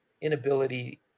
inability